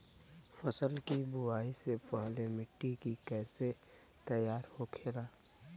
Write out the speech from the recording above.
फसल की बुवाई से पहले मिट्टी की कैसे तैयार होखेला?